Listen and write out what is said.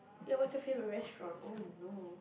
ya what's your favourite restaurant oh no